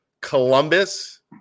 Columbus